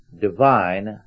divine